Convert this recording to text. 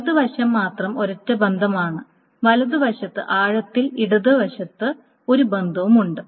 വലത് വശം മാത്രം ഒരൊറ്റ ബന്ധമാണ് വലതുവശത്ത് ആഴത്തിൽ ഇടത് വശത്ത് ഒറ്റ ബന്ധമുണ്ട്